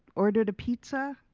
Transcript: ordered a pizza,